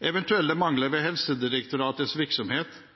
Eventuelle mangler ved Helsedirektoratets virksomhet